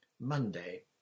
Monday